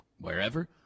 wherever